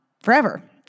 forever